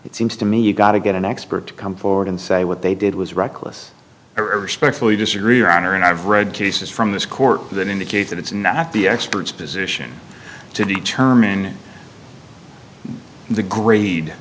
it seems to me you've got to get an expert to come forward and say what they did was reckless or respectfully disagree or honor and i've read cases from this court that indicate that it's not the experts position to determine the grade